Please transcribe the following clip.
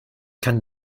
kann